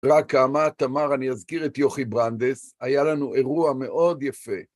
רק כמה, תמר, אני אזכיר את יוכי ברנדס, היה לנו אירוע מאוד יפה.